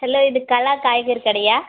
hello இது கலா காய்கறி கடையா